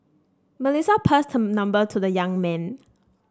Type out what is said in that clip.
Melissa passed her number to the young man